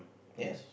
yea